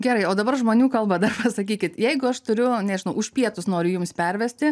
gerai o dabar žmonių kalba dar pasakykit jeigu aš turiu nežinau už pietus noriu jums pervesti